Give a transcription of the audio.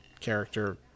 character